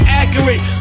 accurate